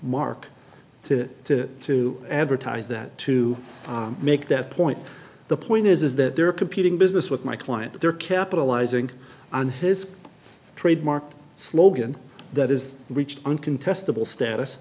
mark to to to advertise that to make that point the point is that there are competing business with my client they're capitalizing on his trademark slogan that is reached uncontestable status